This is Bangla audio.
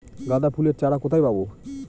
গাঁদা ফুলের চারা কোথায় পাবো?